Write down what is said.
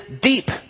deep